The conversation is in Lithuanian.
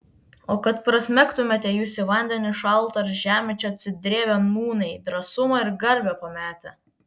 o kad prasmegtumėte jūs į vandenį šaltą ar žemę čia atsidrėbę nūnai drąsumą ir garbę pametę